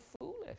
foolish